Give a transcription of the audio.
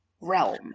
realm